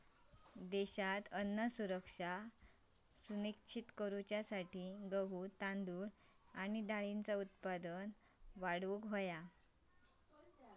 देशात अन्न सुरक्षा सुनिश्चित करूसाठी गहू, तांदूळ आणि डाळींचा उत्पादन वाढवूक हव्या